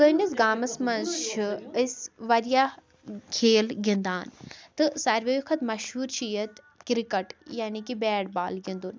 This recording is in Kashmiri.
سٲنِس گامَس منٛز چھِ أسۍ وارِیاہ کھیل گِنٛدان تہٕ ساروٕیو کھۄتہٕ مَشہوٗر چھِ ییٚتہِ کِرکَٹ یعنے کہِ بیٹ بال گِنٛدُن